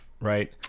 Right